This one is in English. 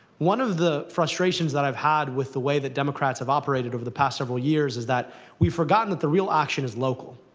one of the frustrations that i've had with the way the democrats have operated over the past several years is that we've forgotten that the real action is local,